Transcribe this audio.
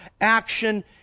action